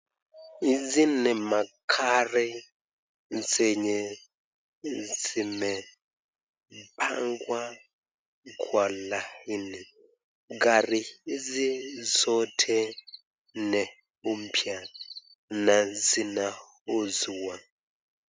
Hizi ni magari zenye zimepangwa kwa laini. Gari hizi zote ni mpya na zinauzwa.